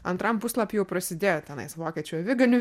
antram puslapy jau prasidėjo tenais vokiečių aviganių